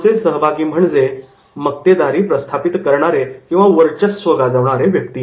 पुढचे सहभागी म्हणजे मक्तेदारी प्रस्थापित करणारे किंवा वर्चस्व गाजवणारे व्यक्ती